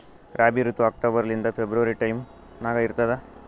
ರಾಬಿ ಋತು ಅಕ್ಟೋಬರ್ ಲಿಂದ February time ನಾಗ ಇರ್ತದ